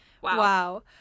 Wow